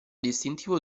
distintivo